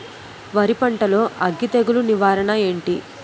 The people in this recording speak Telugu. వరి పంటలో అగ్గి తెగులు నివారణ ఏంటి?